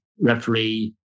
referee